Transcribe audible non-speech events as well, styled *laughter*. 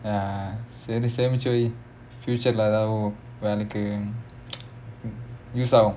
ya சரி சேமிக்கவே:sari semikkavae future ஏதாவுது விலைக்கு:eathavuthu vilaikku *noise* use ஆகும்:aagum